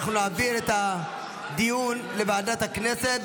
אנחנו נעביר את הדיון לוועדת הכנסת,